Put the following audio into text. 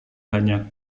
banyak